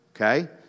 Okay